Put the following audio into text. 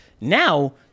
Now